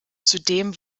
zudem